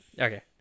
Okay